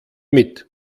mit